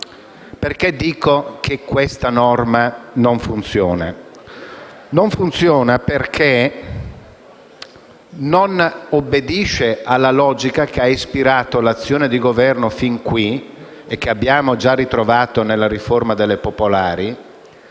Perché dico che questa norma non funziona? Non funziona perché non obbedisce alla logica che ha ispirato l'azione di Governo fin qui - e che abbiamo già ritrovato nella riforma delle banche popolari